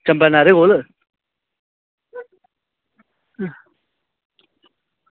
चम्बे नैहरे कोल